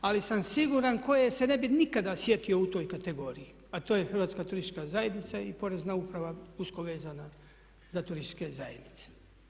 Ali sam siguran koje se ne bih nikada sjetio u toj kategoriji, a to je Hrvatska turistička zajednica i Porezna uprava usko vezana za turističke zajednice.